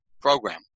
program